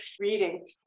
reading